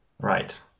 Right